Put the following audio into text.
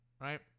right